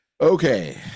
okay